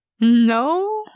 No